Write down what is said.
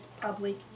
public